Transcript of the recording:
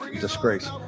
disgrace